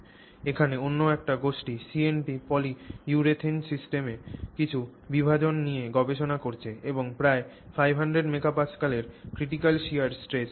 এখানে অন্য একটি গোষ্ঠী CNT polyurethane systems এ কিছু বিভাজন নিয়ে গবেষণা করেছে এবং প্রায় 500 MPa এর critical shear stress পেয়েছে